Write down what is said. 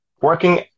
working